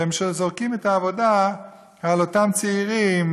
והם זורקים את העבודה על אותם צעירים,